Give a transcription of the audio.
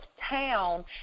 town